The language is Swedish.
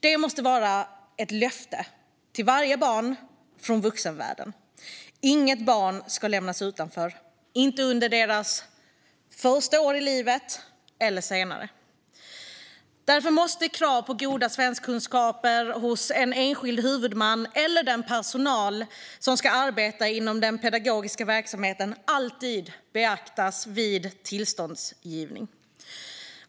Det måste vara ett löfte till varje barn från vuxenvärlden att inget barn ska lämnas utanför, vare sig under sitt första år i livet eller senare. Därför måste krav på goda svenskkunskaper hos en enskild huvudman eller den personal som ska arbeta inom den pedagogiska verksamheten alltid beaktas vid tillståndsgivning.